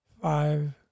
five